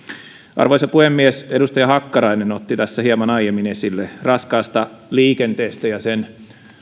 arvoisa puhemies edustaja hakkarainen otti tässä hieman aiemmin esille raskaasta liikenteestä ja sen